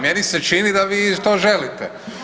Meni se čini da vi to želite.